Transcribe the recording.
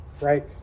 right